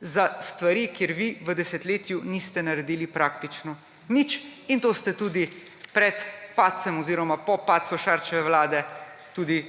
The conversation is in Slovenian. za stvari, kjer vi v desetletju niste naredili praktično nič. To ste tudi pred padcem oziroma po padcu Šarčeve vlade tudi